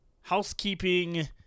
housekeeping